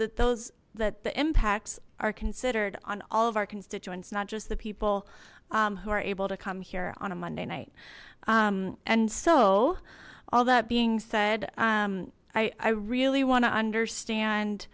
that those that the impacts are considered on all of our constituents not just the people who are able to come here on a monday night and so all that being said i really want to understand